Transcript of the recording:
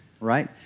Right